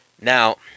Now